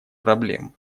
проблем